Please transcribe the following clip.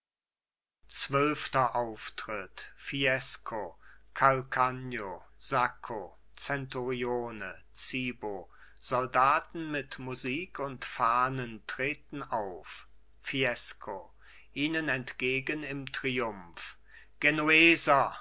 zwölfter auftritt fiesco calcagno sacco zenturione zibo soldaten mit musik und fahnen treten auf fiesco ihnen entgegen im triumph genueser